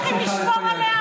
אנחנו לא צריכים לשמור עליה?